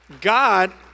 God